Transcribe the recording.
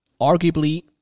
arguably